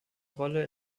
rolle